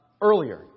earlier